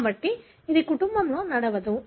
కాబట్టి ఇది కుటుంబంలో నడవదు